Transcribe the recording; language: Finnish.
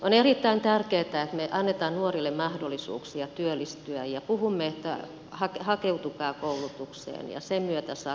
on erittäin tärkeätä että me annamme nuorille mahdollisuuksia työllistyä ja puhumme että hakeutukaa koulutukseen ja sen myötä saatte työpaikan